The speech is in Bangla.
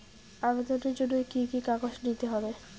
আবেদনের জন্য কি কি কাগজ নিতে হবে?